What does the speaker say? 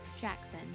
jackson